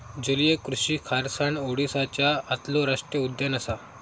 जलीय कृषि खारसाण ओडीसाच्या आतलो राष्टीय उद्यान असा